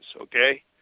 okay